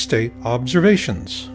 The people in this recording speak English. state observations